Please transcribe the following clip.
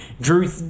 Drew